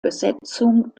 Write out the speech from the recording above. besetzung